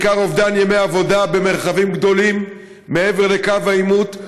בעיקר אובדן ימי עבודה במרחבים גדולים מעבר לקו העימות.